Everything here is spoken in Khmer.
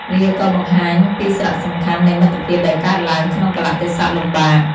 វាក៏បង្ហាញពីសារៈសំខាន់នៃមិត្តភាពដែលកើតឡើងក្នុងកាលៈទេសៈលំបាក។